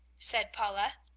said paula.